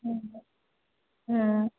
ꯎꯝ ꯑꯥ